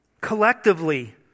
Collectively